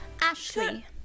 Ashley